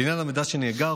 לעניין המידע שנאגר,